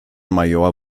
major